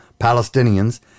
Palestinians